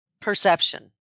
Perception